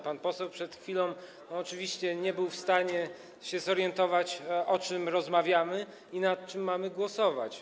Pan poseł przed chwilą oczywiście nie był w stanie się zorientować, o czym rozmawiamy i nad czym mamy głosować.